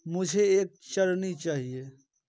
मुझे एक चरनी चाहिए